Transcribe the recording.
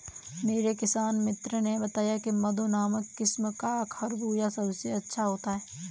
मेरे किसान मित्र ने बताया की मधु नामक किस्म का खरबूजा सबसे अच्छा होता है